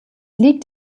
liegt